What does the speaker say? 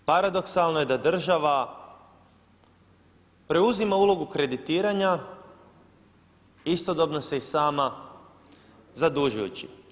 Paradoksalno je da država preuzima ulogu kreditiranja, istodobno se i sama zadužujući.